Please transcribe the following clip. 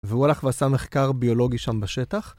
והוא הלך ועשה מחקר ביולוגי שם בשטח.